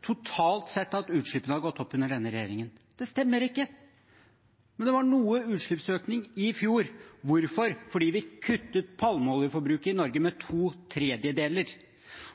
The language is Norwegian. at utslippene totalt sett har gått opp under denne regjeringen. Det stemmer ikke, men det var noe utslippsøkning i fjor. Hvorfor? Fordi vi kuttet palmeoljeforbruket i Norge med to tredjedeler.